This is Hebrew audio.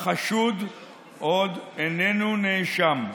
חשוד עוד איננו נאשם,